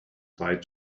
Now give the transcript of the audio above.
tied